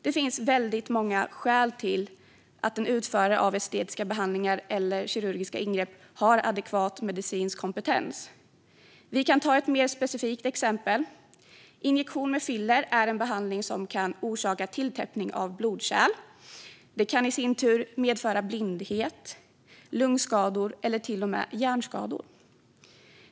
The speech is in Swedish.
Det finns väldigt många skäl till att en utförare av estetiska behandlingar eller kirurgiska ingrepp ska ha adekvat medicinsk kompetens. Lag om estetiska kirurgiska ingrepp och estetiska injektions-behandlingar Jag kan ta ett specifikt exempel. Injektion med filler är en behandling som kan orsaka tilltäppning av blodkärl. Det kan i sin tur medföra blindhet, lungskador eller till och med hjärnskador.